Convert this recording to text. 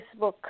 Facebook